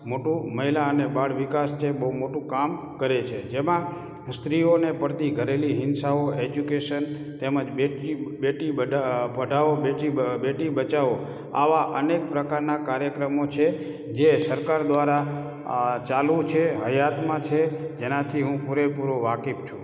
મોટું મહિલા અને બાળ વિકાસ જે બહુ મોટું કામ કરે છે જેમાં સ્ત્રીઓને પડતી ઘરેલુ હિંસાઓ ઍજ્યુકેશન તેમજ બેટરી બેટી બઢા પઢાઓ બેટી બેટી બચાઓ આવા અનેક પ્રકારના કાર્યક્રમો છે જે સરકાર દ્વારા ચાલું છે હયાતમાં છે જેનાથી હું પૂરે પૂરો વાકેફ છું